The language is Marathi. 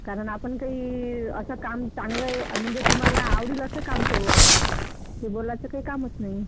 कारण आपण काही असं काम चांगलं आहे म्हणजे तुम्हाला आवडेल असं काम करू आपण की बोलायचं काही कामच नाही